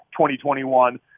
2021